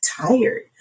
tired